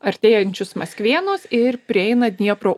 artėjančius maskvėnus ir prieina dniepro